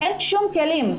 אין שום כלים.